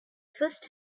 first